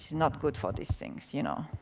not good for these things. you know